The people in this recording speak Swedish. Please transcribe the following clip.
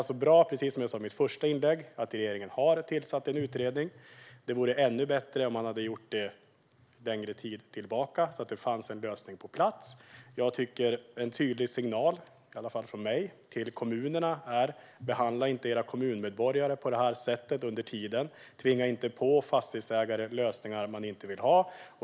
Som jag sa i mitt första inlägg är det bra att regeringen har tillsatt en utredning. Det vore ännu bättre om man hade gjort detta längre tillbaka i tiden så att det hade funnits en lösning på plats. En tydlig signal - i alla fall från mig - till kommunerna är: Behandla inte era kommuninvånare på detta sätt under tiden, och tvinga inte på fastighetsägare lösningar som de inte vill ha!